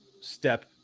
step